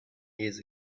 years